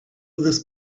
this